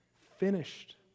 finished